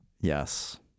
Yes